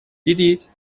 دیدید